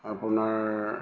আপোনাৰ